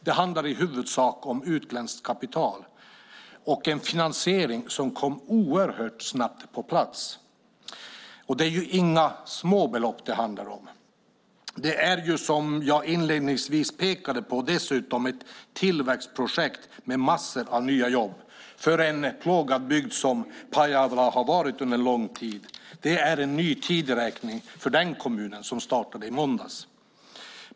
Det handlar i huvudsak om utländskt kapital och en finansiering som kom oerhört snabbt på plats. Det är inga små belopp det handlar om. Som jag inledningsvis pekade på är det dessutom ett tillväxtprojekt med massor av nya jobb för en plågad bygd, som Pajala har varit under lång tid. Det var en ny tideräkning för den kommunen som startade i måndags.